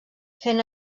fent